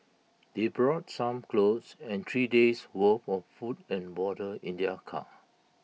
they brought some clothes and three days' worth of food and water in their car